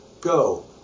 Go